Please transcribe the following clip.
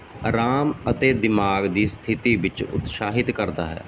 ਅਰਾਮ ਅਤੇ ਦਿਮਾਗ ਦੀ ਸਥਿਤੀ ਵਿੱਚ ਉਤਸ਼ਾਹਿਤ ਕਰਦਾ ਹੈ